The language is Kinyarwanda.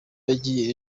yagiye